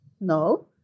No